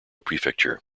prefecture